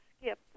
skip